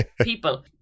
people